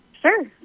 Sure